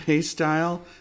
style